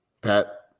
Pat